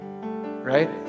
Right